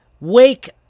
Wake